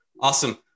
awesome